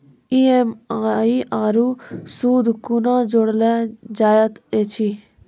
EMI आरू सूद कूना जोड़लऽ जायत ऐछि?